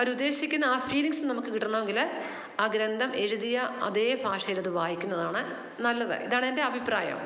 അവർ ഉദ്ദേശിക്കുന്ന ആ ഫീലിങ്ങ്സ് നമുക്ക് കിട്ടണമെങ്കിൽ ആ ഗ്രന്ഥം എഴുതിയ അതേ ഭാഷയിലത് വായിക്കുന്നതാണ് നല്ലത് ഇതാണെന്റെ അഭിപ്രായം